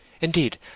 Indeed